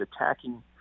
attacking